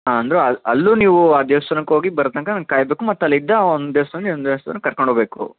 ಆಂ ಅಂದ್ರೂ ಅ ಅಲ್ಲೂ ನೀವು ಆ ದೇವ್ಸ್ಥಾನಕ್ಕೆ ಹೋಗಿ ಬರೋ ತನಕ ನಾನು ಕಾಯಬೇಕು ಮತ್ತೆ ಅಲ್ಲಿಂದ ಒಂದು ದೇವ್ಸ್ಥಾನ್ದಿಂದ ಇನ್ನೊಂದು ದೇವ್ಸ್ಥಾನಕ್ಕೆ ಕರ್ಕೊಂಡು ಹೋಗ್ಬೇಕು